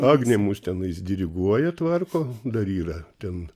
agnė mus tenais diriguoja tvarko dar yra ten